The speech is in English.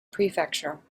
prefecture